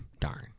darn